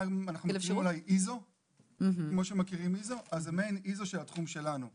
אנחנו מכירים את ISO. זה מעין ISO של התחום שלנו.